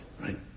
right